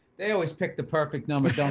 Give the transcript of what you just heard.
they always pick the perfect number.